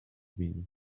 been